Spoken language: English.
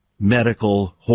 Medical